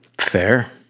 fair